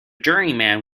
journeyman